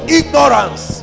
ignorance